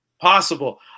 possible